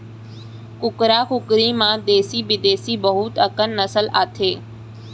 कुकरा कुकरी म देसी बिदेसी बहुत अकन नसल आथे